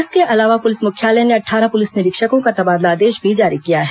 इसके अलावा पुलिस मुख्यालय ने अटठारह पुलिस निरीक्षकों का तबादला आदेश भी जारी किया है